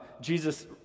Jesus